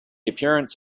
appearance